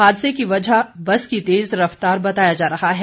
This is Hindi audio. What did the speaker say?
हादसे की वजह बस की तेज़ रफ्तार बताया जा रहा है